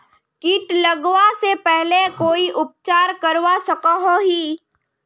किट लगवा से पहले कोई उपचार करवा सकोहो ही?